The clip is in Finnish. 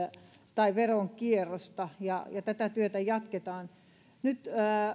tai veronkierrosta ja tätä työtä jatketaan nyt